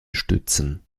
stützen